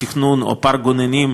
או פארק גוננים,